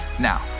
Now